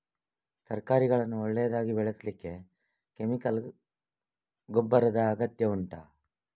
ತರಕಾರಿಗಳನ್ನು ಒಳ್ಳೆಯದಾಗಿ ಬೆಳೆಸಲಿಕ್ಕೆ ಕೆಮಿಕಲ್ ಗೊಬ್ಬರದ ಅಗತ್ಯ ಉಂಟಾ